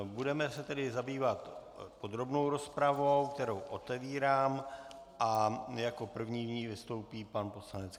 Budeme se tedy zabývat podrobnou rozpravou, kterou otevírám, a jako první vystoupí pan poslanec Karel Fiedler.